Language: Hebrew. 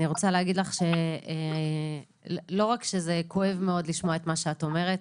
אני רוצה להגיד לך שזה לא רק כואב מאוד לשמוע את מה שאת אומרת,